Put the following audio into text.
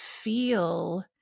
feel